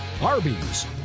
Arby's